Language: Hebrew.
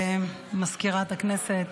סגנית מזכיר הכנסת,